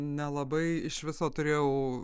nelabai iš viso turėjau